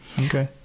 Okay